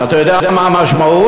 אתה יודע מה המשמעות?